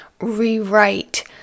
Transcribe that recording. rewrite